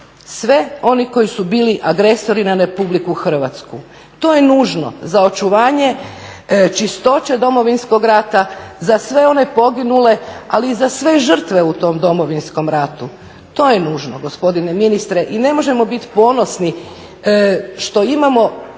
sve, oni koji su bili agresori na Republiku Hrvatsku. To je nužno za očuvanje čistoće Domovinskog rata, za sve one poginule, ali i za sve žrtve u tom Domovinskom ratu. To je nužno gospodine ministre i ne možemo bit ponosni što imamo.